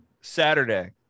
Saturday